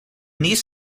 these